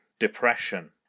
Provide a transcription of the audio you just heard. Depression